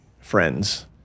friends